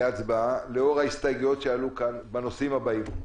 להצבעה לאור ההסתייגויות שעלו כאן בנושאים הבאים: